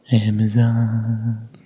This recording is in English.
Amazon